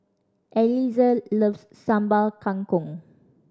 Eliezer loves Sambal Kangkong